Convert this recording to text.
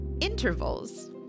intervals